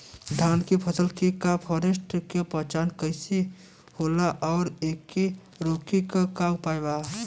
धान के फसल के फारेस्ट के पहचान कइसे होला और एके रोके के उपाय का बा?